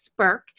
Spurk